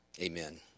Amen